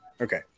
Okay